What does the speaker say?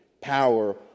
power